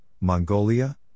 Mongolia